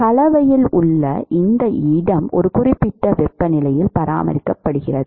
கலவையில் உள்ள இடம் ஒரு குறிப்பிட்ட வெப்பநிலையில் பராமரிக்கப்படுகிறது